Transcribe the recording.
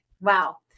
Wow